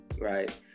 right